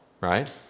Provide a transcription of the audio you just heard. right